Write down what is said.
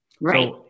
Right